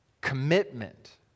Commitment